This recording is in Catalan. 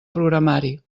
programari